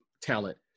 talent